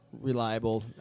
reliable